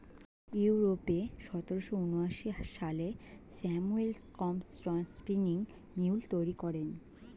ইউরোপে সতেরোশো ঊনআশি সালে স্যামুয়েল ক্রম্পটন স্পিনিং মিউল তৈরি করেন